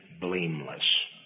blameless